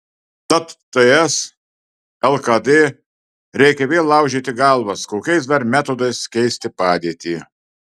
tad ts lkd reikia vėl laužyti galvas kokiais dar metodais keisti padėtį